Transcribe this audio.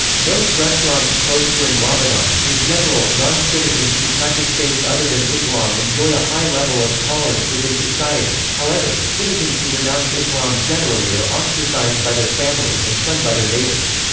most restaurants close during ramadan in general, non-citizens who practice faiths other than islam enjoy a high level of tolerance within society however, citizens who renounce islam generally are ostracized by their families and shunned by their neighbors.